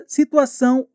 situação